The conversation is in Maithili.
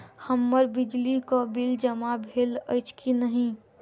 हम्मर बिजली कऽ बिल जमा भेल अछि की नहि?